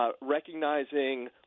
Recognizing